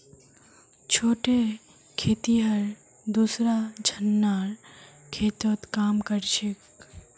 छोटे खेतिहर दूसरा झनार खेतत काम कर छेक